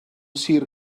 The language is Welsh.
sir